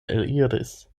eliris